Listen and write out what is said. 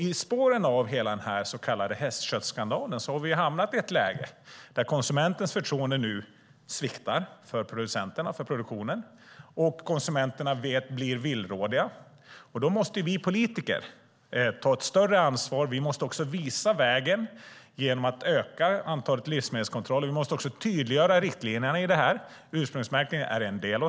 I spåren av den så kallade hästköttsskandalen har vi hamnat i ett läge där konsumenternas förtroende för producenter och produktion sviktar. När konsumenterna är villrådiga måste vi politiker ta ett större ansvar. Vi måste visa vägen genom att öka antalet livsmedelskontroller. Vi måste också tydliggöra riktlinjerna, och ursprungsmärkningen är en del.